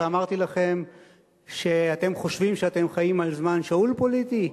ואמרתי לכם שאתם חושבים שאתם חיים על זמן שאול פוליטי,